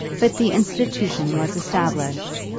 but the institution was established,